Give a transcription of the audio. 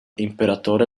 imperatore